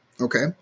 Okay